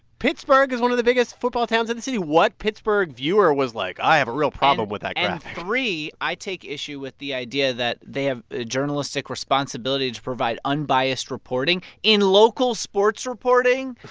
pittsburgh is one of the biggest football towns in the city. what pittsburgh viewer was like, i have a real problem with that graphic? and, three, i take issue with the idea that they have a journalistic responsibility to provide unbiased reporting in local sports reporting.